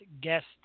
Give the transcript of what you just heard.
guest